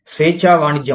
స్వేచ్ఛా వాణిజ్యం